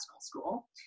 school